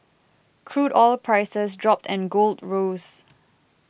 crude oil prices dropped and gold rose